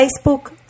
Facebook